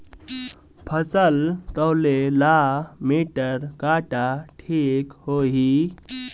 फसल तौले ला मिटर काटा ठिक होही?